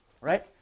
right